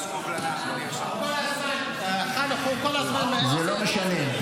הוא כל הזמן, חנוך, הוא כל הזמן, זה לא משנה.